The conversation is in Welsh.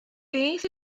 beth